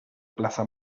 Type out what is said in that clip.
plaza